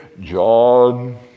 John